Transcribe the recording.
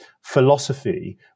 philosophy